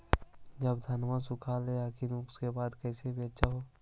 जब धनमा सुख ले हखिन उकर बाद कैसे बेच हो?